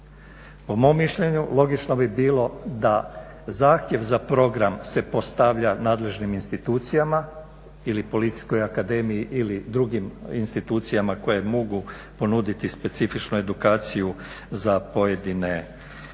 Po mom mišljenju logično bi bilo da zahtjev za program se postavlja nadležnim institucijama ili Policijskoj akademiji ili drugim institucijama koje mogu ponuditi specifičnu edukaciju za pojedine zadaće,